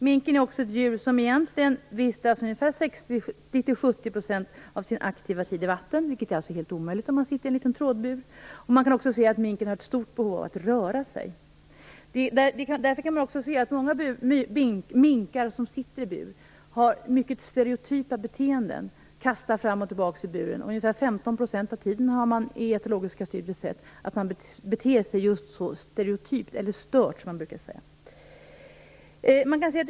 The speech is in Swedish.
Minken är också ett djur som egentligen vistas 60-70 % av sin aktiva tid i vatten, vilket är omöjligt när den sitter i en liten trådbur. Man kan också se att minken har ett stort behov av att röra sig. Därför kan man se att många minkar som sitter i bur har mycket stereotypa beteenden, då de kastar sig fram och tillbaka i buren. I etologiska studier har man sett att minken beter sig stört ungefär 15 % av tiden.